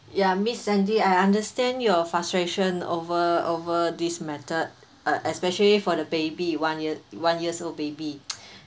ya miss sandy I understand your frustration over over this method uh especially for the baby one year one years old baby